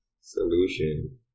solution